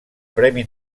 premi